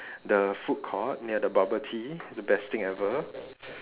the food court near the bubble tea the best thing ever